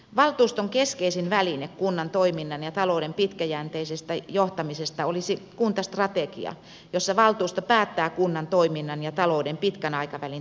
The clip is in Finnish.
valtuuston keskeisin väline kunnan toiminnan ja talouden pitkäjänteisessä johtamisessa olisi kuntastrategia jossa valtuusto päättää kunnan toiminnan ja talouden pitkän aikavälin tavoitteista